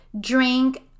drink